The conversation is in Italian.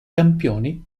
campioni